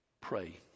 pray